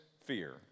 fear